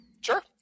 Sure